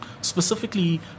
specifically